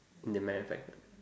the manufac~